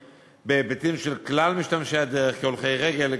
בהיבטים של כלל משתמשי הדרך: כהולכי רגל,